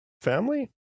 family